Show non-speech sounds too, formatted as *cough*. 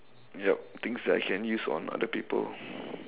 yup things that I can use on other people *breath*